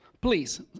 Please